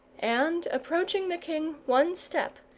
and approaching the king one step,